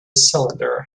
cylinder